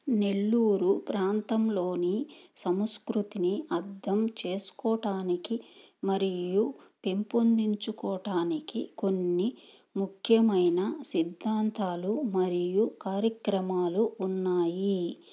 నెల్లూరు ప్రాంతంలోని సంస్కృతిని అర్థం చేసుకోవటానికి మరియు పెంపొందించుకోటానికి కొన్ని ముఖ్యమైన సిద్ధాంతాలు మరియు కార్యక్రమాలు ఉన్నాయి